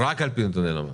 רק על פי נתוני למ"ס.